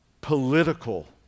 Political